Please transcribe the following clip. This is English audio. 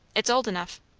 it's old enough.